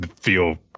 feel